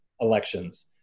elections